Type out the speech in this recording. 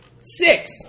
Six